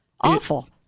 awful